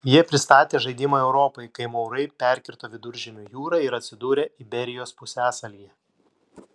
jie pristatė žaidimą europai kai maurai perkirto viduržemio jūrą ir atsidūrė iberijos pusiasalyje